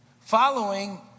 Following